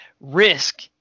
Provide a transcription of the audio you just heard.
risk